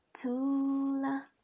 Tula